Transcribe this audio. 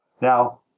Now